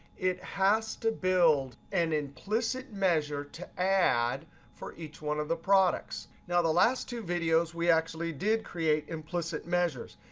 it has to build an and implicit measure to add for each one of the products. now, the last two videos, we actually did create implicit measures.